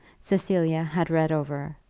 cecilia had read over,